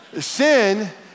sin